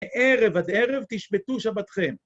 ערב עד ערב תשבתו שבתכם.